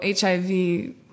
HIV